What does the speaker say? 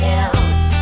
else